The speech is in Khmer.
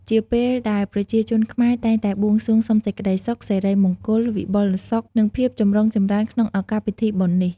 ជាពេលដែលប្រជាជនខ្មែរតែងតែបួងសួងសុំសេចក្ដីសុខ សិរីមង្គល វិបុលសុខ និងភាពចម្រុងចម្រើនក្នុងឱកាសពិធីបុណ្យនេះ។